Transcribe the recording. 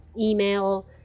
email